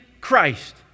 Christ